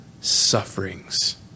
sufferings